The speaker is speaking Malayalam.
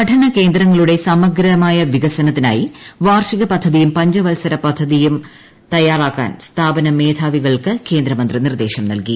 പഠന കേന്ദ്രങ്ങളുടെ സമഗ്രമായ വികസനത്തിനായി വാർഷിക പദ്ധതിയും പഞ്ചവത്സര പദ്ധതിയും തയ്യാറാക്കാൻ സ്ഥാപന മേധാവികൾക്ക് കേന്ദ്രമന്ത്രി നിർദ്ദേശം നൽകി